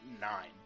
Nine